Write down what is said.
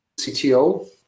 CTO